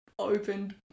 opened